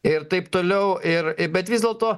ir taip toliau ir bet vis dėlto